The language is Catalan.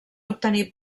obtenir